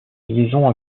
liaison